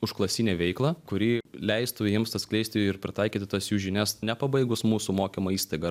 užklasinę veiklą kuri leistų jiems atskleisti ir pritaikyti tas jų žinias nepabaigus mūsų mokymo įstaigą